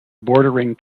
bordering